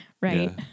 Right